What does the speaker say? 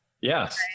Yes